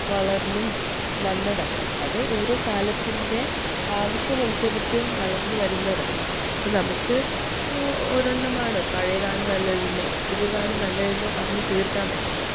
വളർന്നും വന്നതാണ് അത് ഓരോ കാലത്തിൻ്റെ ആവശ്യമനുസരിച്ച് വളർന്നു വരുന്നതാണ് അപ്പോൾ നമുക്ക് ഒരു എണ്ണമാണ് പഴയതാണ് നല്ലതെന്നോ പുതിയതാണ് നല്ലതെന്നോ പറഞ്ഞു തീർക്കാൻ പറ്റില്ല